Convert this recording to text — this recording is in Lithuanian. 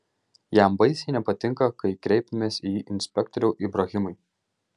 jam baisiai nepatinka kai kreipiamės į jį inspektoriau ibrahimai